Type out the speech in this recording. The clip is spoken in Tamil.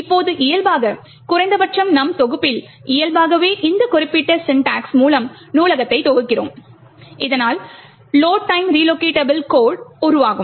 இப்போது இயல்பாக குறைந்தபட்சம் நம் தொகுப்பில் இயல்பாகவே இந்த குறிப்பிட்ட சின்டக்ஸ் மூலம் நூலகத்தை தொகுக்கிறோம் இதனால் லோட் டைம் ரிலோகெட்டபுள் கோட் உருவாகும்